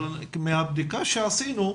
אבל מהבדיקה שעשינו,